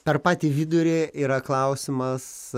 per patį vidurį yra klausimas